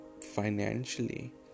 financially